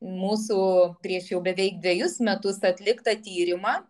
mūsų prieš jau beveik dvejus metus atliktą tyrimą